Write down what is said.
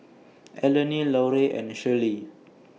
Eleni Larue and Shirlee